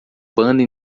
banda